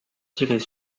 tirer